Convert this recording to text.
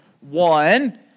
one